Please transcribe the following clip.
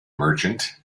merchant